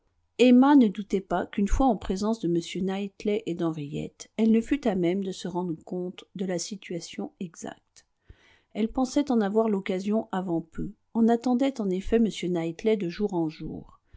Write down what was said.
emma ne doutait pas qu'une fois en présence de m knightley et d'henriette elle ne fût à même de se rendre compte de la situation exacte elle pensait en avoir l'occasion avant peu on attendait en effet m knightley de jour en jour